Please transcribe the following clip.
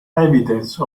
evidence